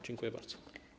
Dziękuję bardzo.